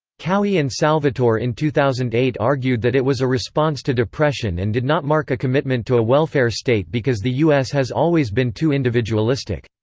cowie and salvatore in two thousand and eight argued that it was a response to depression and did not mark a commitment to a welfare state because the u s. has always been too individualistic.